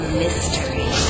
mystery